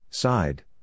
Side